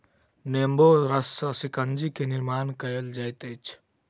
नेबो रस सॅ शिकंजी के निर्माण कयल जाइत अछि